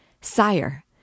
Sire